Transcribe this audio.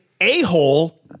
a-hole